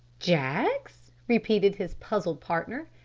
jaggs? repeated his puzzled partner.